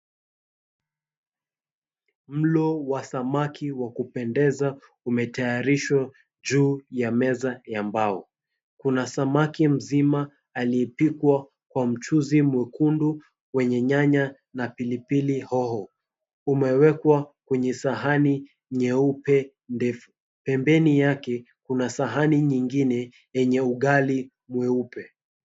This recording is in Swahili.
Mlo wa samaki wa kupendeza umetayarishwa juu ya meza ya mbao. Kuna samaki mzima aliyepikwa kwa mchuzi mwekundu wenye nyanya na pilipili hoho, umewekwa kwenye sahani nyeupe, ndefu. Pembeni yake kuna sahani nyingine yenye ugali mweupe.